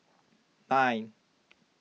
nine